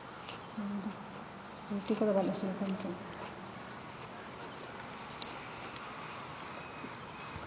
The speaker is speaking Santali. ᱟᱫᱚ ᱯᱳᱞᱴᱤ ᱠᱚᱫᱚ ᱵᱟᱝᱞᱮ ᱟᱹᱥᱩᱞ ᱠᱚᱣᱟ ᱱᱤᱛᱳᱜ ᱫᱚ